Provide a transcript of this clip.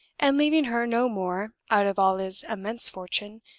and leaving her no more, out of all his immense fortune,